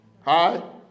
Hi